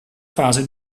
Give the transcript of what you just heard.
fase